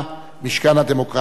משכן הדמוקרטיה הישראלית.